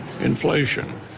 inflation